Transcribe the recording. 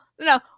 no